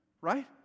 Right